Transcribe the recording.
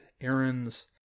errands